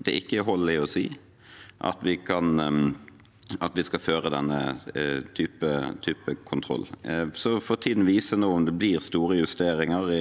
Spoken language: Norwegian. at det ikke er hold i å si at vi skal føre denne type kontroll. Så får tiden vise om det blir store justeringer